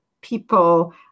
people